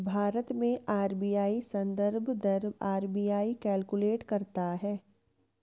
भारत में आर.बी.आई संदर्भ दर आर.बी.आई कैलकुलेट करता है